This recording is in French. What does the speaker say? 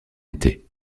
été